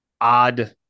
odd